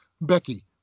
Becky